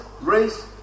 race